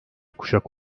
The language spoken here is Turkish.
kuşak